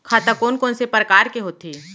खाता कोन कोन से परकार के होथे?